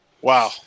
Wow